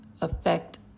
affect